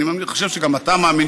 אני חושב שגם אתה מאמין,